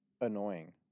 annoying